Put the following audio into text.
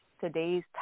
today's